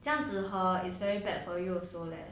这样子 hor is very bad for you also leh